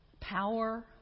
power